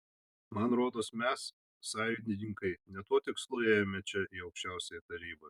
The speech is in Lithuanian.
man rodos mes sąjūdininkai ne tuo tikslu ėjome čia į aukščiausiąją tarybą